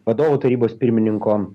vadovų tarybos pirmininko